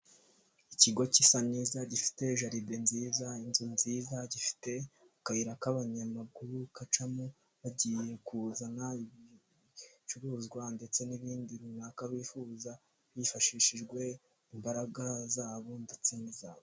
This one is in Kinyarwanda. Ikigo gisa neza, gifite jaride nziza, inzu nziza, gifite akayira k'abanyamaguru bacamo bagiye kuzana ibicuruzwa ndetse n'ibindi runaka bifuza, hifashishijwe imbaraga zabo ndetse n'izabo.